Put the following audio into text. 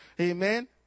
Amen